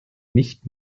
nicht